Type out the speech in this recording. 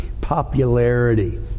popularity